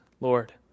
Lord